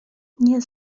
nie